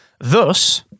Thus